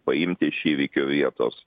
paimti iš įvykio vietos